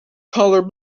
collar